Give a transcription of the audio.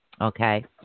Okay